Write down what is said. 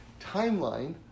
timeline